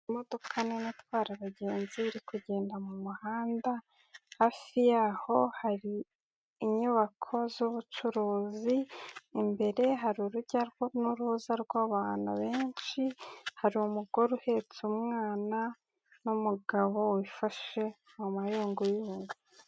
Imodoka nini itwara abagenzi, iri kugenda mu muhanda, hafi yaho hari inyubako z'ubucuruzi, imbere hari urujya n'uruza rw'abantu benshi, hari umugore uhetse umwana, n'umugabo wifashe mu mayunguyungu.